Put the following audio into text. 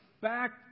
back